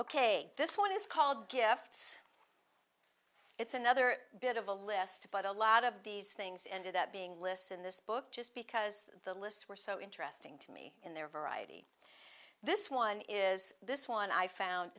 ok this one is called gifts it's another bit of a list but a lot of these things ended up being lists in this book just because the lists were so interesting to me in their variety this one is this one i found